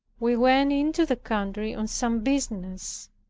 we went into the country on some business.